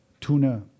tuna